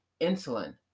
insulin